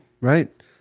Right